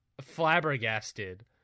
flabbergasted